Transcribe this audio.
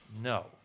No